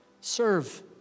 Serve